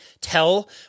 tell